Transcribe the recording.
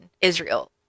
Israel